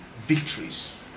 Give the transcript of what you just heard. victories